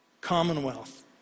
commonwealth